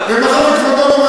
תשובה.